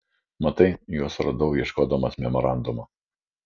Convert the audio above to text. matai juos radau ieškodamas memorandumo